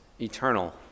eternal